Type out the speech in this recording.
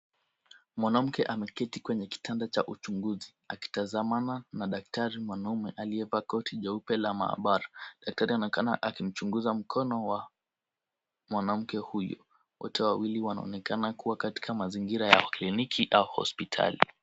Mwanamke ameketi kwenye kitanda cha uchunguzi, akitazamana na daktari mwanaume, aliyevaa koti jeupe la maabara. Daktari anaonekana akimchunguza mkono wa mwanamke huyu. Wote wawili wanaonekana kuwa katika mazingira ya kliniki au hospitali.